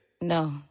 No